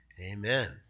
Amen